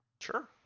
Sure